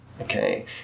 Okay